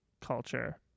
culture